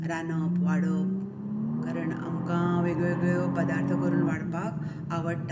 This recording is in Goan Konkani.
रांदप वाडप कारण आमकां वेगवेगळ्यो पदार्थ करून वाडपाक आवडटा